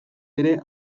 ere